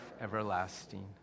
everlasting